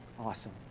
Awesome